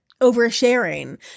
oversharing